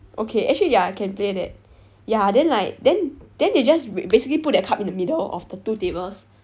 okay actually ya can play that ya then like then then they just basically put that cup in the middle of the two tables